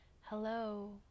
hello